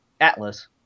Atlas